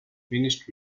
finished